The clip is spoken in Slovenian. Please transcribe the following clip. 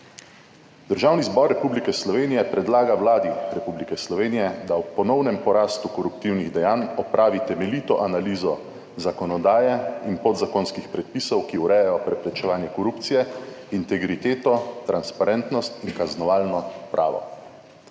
Državni zbor Republike Slovenije predlaga Vladi Republike Slovenije, da ob ponovnem porastu koruptivnih dejanj opravi temeljito analizo zakonodaje in podzakonskih predpisov, ki urejajo preprečevanje korupcije, integriteto, transparentnost in kaznovalno pravo.